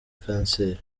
kanseri